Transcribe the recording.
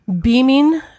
Beaming